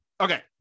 Okay